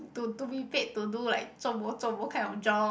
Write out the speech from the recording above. to be paid to do like zo bo zo bo kind of job